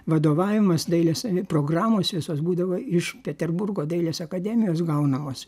vadovavimas dailės programos visos būdavo iš peterburgo dailės akademijos gaunamos